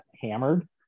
hammered